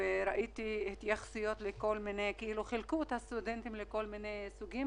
ראיתי שחילקו את הסטודנטים לכל מיני סוגים.